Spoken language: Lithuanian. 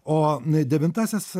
o nai devintasis